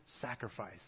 sacrifice